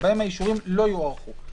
שבהם האישורים לא יוארכו.